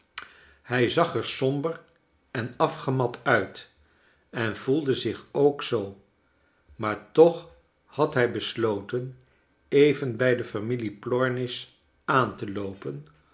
hij zag er somber en afgemat uit en voelde zich ook zoo maar toch had hij besloten even bij de familie plornish aan te loopen